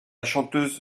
chanteuse